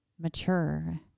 mature